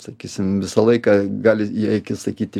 sakysim visą laiką gali jei sakyti